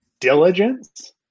diligence